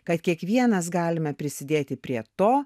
kad kiekvienas galime prisidėti prie to